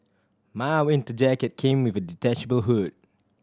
my winter jacket came with a detachable hood